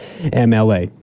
MLA